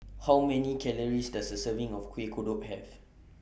How Many Calories Does A Serving of Kueh Kodok Have